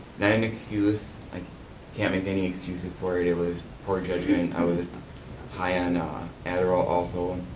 not an excuse, i can't make any excuses for it. it was poor judgment, i was high on adderall also.